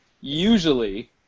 usually